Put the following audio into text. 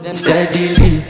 steadily